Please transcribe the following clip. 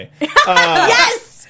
Yes